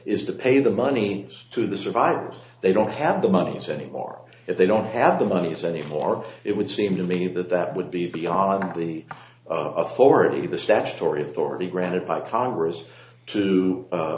is to pay the money to the survivor they don't have the monies anymore if they don't have the money is and therefore it would seem to me that that would be beyond the authority of the statutory authority granted by congress to